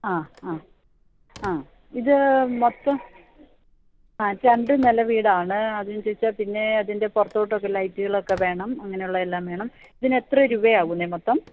ആ ആ ആ ഇത് മൊത്തം ആ രണ്ടു നില വീടാണ് അതിന് അനുസരിച്ചു പിന്നെ അതിൻ്റെ പുറത്തോട്ടൊക്കെ ലൈറ്റുകളൊക്കെ വേണം അങ്ങനെയുള്ള എല്ലാം വേണം ഇതിന് എത്ര രൂപയാകുന്നത് മൊത്തം